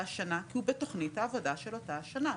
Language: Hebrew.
שנה כי הוא בתוכנית העבודה של אותה שנה.